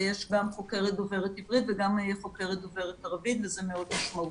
יש גם חוקרת דוברת עברית וגם חוקרת דוברת ערבית וזה מאוד משמעותי.